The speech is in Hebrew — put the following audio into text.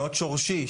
מאוד שורשי,